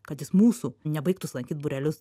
kad jis mūsų nebaigtus lankyt būrelius